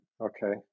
okay